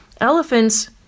Elephants